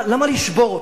למה לשבור אותו?